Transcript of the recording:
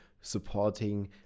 supporting